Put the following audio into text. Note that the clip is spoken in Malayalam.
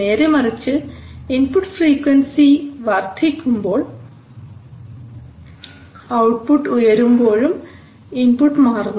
നേരെ മറിച്ച് ഇൻപുട്ട് ഫ്രീക്വൻസി വർദ്ധിക്കുമ്പോൾ ഔട്ട്പുട്ട് ഉയരുമ്പോഴേക്കും ഇൻപുട്ട് മാറുന്നു